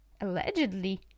allegedly